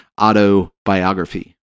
autobiography